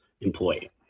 employee